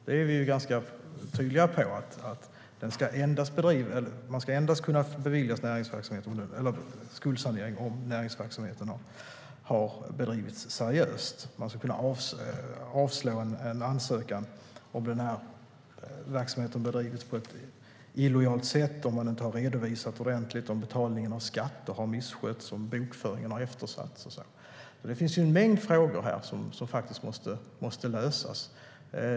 Vi är ganska tydliga med att skuldsanering ska kunna beviljas endast om näringsverksamheten har bedrivits seriöst. Ansökan ska kunna avslås om verksamheten bedrivits på ett illojalt sätt, om företagaren inte har redovisat ordentligt, om betalningen av skatter har misskötts, om bokföringen har eftersatts och så vidare. Det finns en mängd frågor här som faktiskt måste lösas.